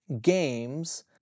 games